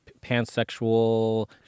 pansexual